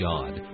God